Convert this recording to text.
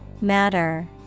Matter